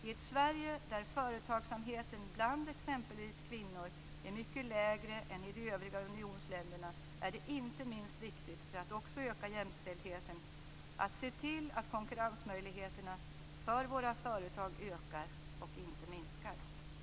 I ett Sverige där företagsamheten bland exempelvis kvinnor är mycket lägre än i övriga unionsländer är det inte minst viktigt, för att också öka jämställdheten, att se till att konkurrensmöjligheterna för våra företag ökar och inte minskar.